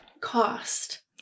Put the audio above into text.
cost